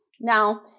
Now